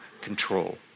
control